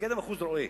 מפקד המחוז רואה